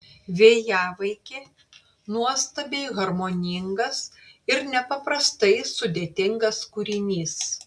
vėjavaikė nuostabiai harmoningas ir nepaprastai sudėtingas kūrinys